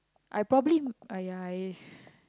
I probably !aiya! I